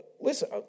listen